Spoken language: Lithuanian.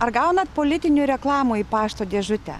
ar gaunat politinių reklamų į pašto dėžutę